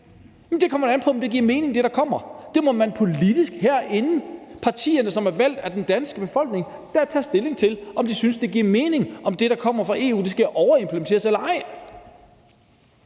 det kommer da an på, om det, der kommer, giver mening. Der må partierne, som er valgt af den danske befolkning, herinde tage politisk stilling til, om de synes, at det giver mening, at det, der kommer fra EU, skal overimplementeres, eller ej.